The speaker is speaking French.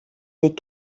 les